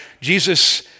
Jesus